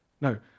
no